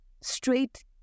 straight